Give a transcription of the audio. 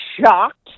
shocked